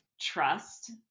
trust